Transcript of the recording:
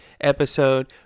episode